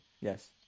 Yes